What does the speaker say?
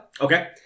Okay